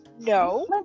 No